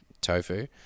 Tofu